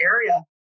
area